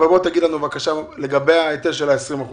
אבל בוא תגיד לנו לגבי ההיטל של ה-20%.